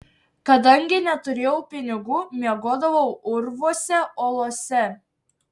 kadangi neturėjau pinigų miegodavau urvuose olose